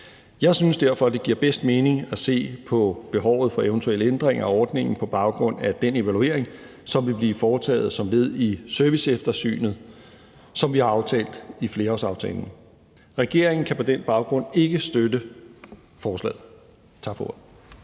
Jeg synes derfor, at det giver bedst mening at se på behovet for eventuelle ændringer af ordningen på baggrund af den evaluering, som vil blive foretaget som led i serviceeftersynet, som vi har aftalt i flerårsaftalen. Regeringen kan på den baggrund ikke støtte forslaget. Tak for ordet.